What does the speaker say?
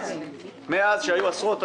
מאז שהיו עשרות